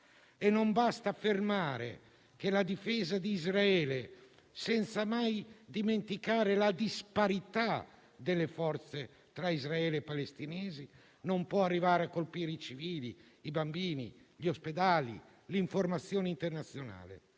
né affermare che la difesa di Israele, senza mai dimenticare la disparità delle sue forze rispetto ai palestinesi, non può arrivare a colpire i civili, i bambini, gli ospedali e l'informazione internazionale.